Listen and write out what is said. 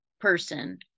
Person